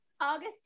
August